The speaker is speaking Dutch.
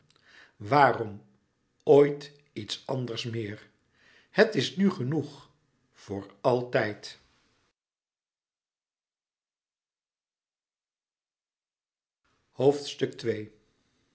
waarom ooit iets anders meer het is nu genoeg voor altijd